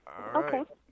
Okay